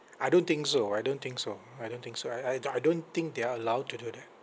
I don't think so I don't think so I don't think so I I I don't think they are allowed to do that